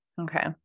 Okay